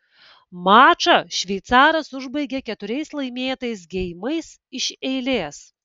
mačą šveicaras užbaigė keturiais laimėtais geimais iš eilės